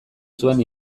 zuen